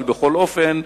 אבל בכל אופן,